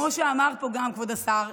כמו שאמר פה גם כבוד השר,